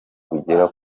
rugera